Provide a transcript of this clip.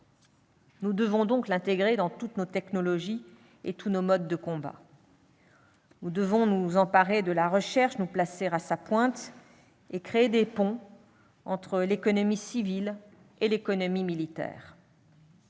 Nous devons donc l'intégrer dans toutes nos technologies et tous nos modes de combat. Nous devons nous emparer de la recherche, nous placer à sa pointe et créer des ponts entre l'économie civile et l'économie militaire.